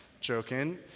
joking